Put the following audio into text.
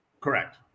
Correct